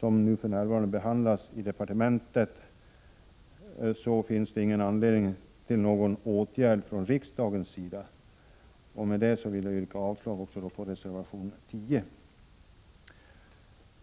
som för närvarande behandlas i departe 129 mentet, ser jag ingen anledning till någon åtgärd från riksdagens sida. Med detta vill jag yrka avslag också på reservation 10.